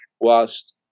whilst